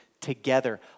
together